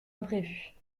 imprévue